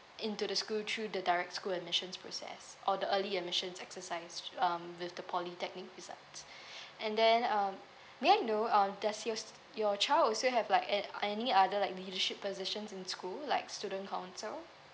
into the school through the direct school admissions process or the early admission exercise um with the polytechnic result and then um may I know uh does your your child also have like a~ any other like leadership positions in school like student council